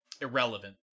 irrelevant